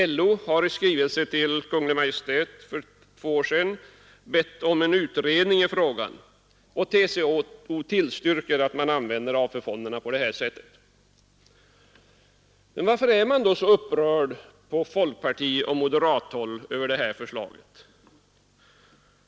LO har i skrivelse till Kungl. Maj:t för två år sedan hemställt om en utredning av frågan. TCO tillstyrker också att AP-fonderna används på detta sätt. Varför är man då så upprörd på folkpartioch moderathåll över det här förslaget?